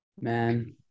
Man